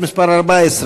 עמיר פרץ,